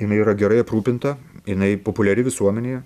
jinai yra gerai aprūpinta jinai populiari visuomenėje